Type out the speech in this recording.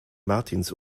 martins